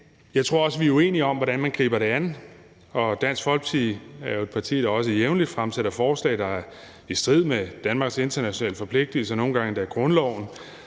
jeg tror også, vi er uenige om, hvordan man griber det an. Dansk Folkeparti er jo et parti, der også jævnligt fremsætter forslag, der er i strid med Danmarks internationale forpligtelser, nogle gange endda grundloven.